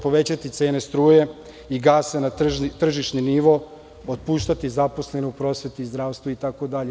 Povećati cenu struje, gasa, na tržišni nivo, otpuštati zaposlene u prosveti, zdravstvu itd?